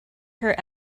her